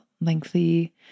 lengthy